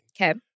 Okay